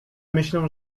myślę